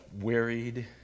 wearied